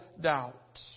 doubt